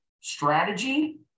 strategy